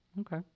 okay